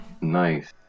Nice